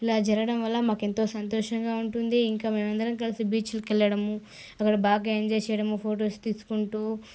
ఇలా జరగడం వల్ల మాకెంతో సంతోషంగా ఉంటుంది ఇంకా మేమందరము కలిసి బీచ్లకి వెళ్లడము అక్కడ బాగా ఎంజాయ్ చేయడము ఫొటోస్ తీసుకుంటూ